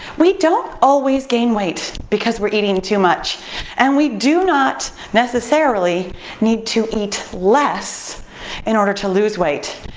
we don't always gain weight because we're eating too much and we do not necessarily need to eat less in order to lose weight.